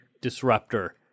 disruptor